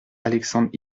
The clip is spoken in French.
alexandre